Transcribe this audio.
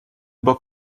book